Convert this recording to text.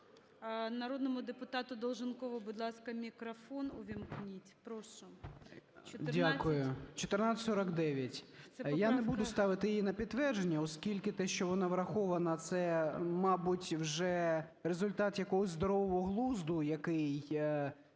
Народному депутату Долженкову, будь ласка, мікрофон увімкніть. Прошу. 14… 17:42:57 ДОЛЖЕНКОВ О.В. Дякую. 1449. Я не буду ставити її на підтвердження, оскільки те, що вона врахована, - це, мабуть, вже результат якогось здорового глузду, який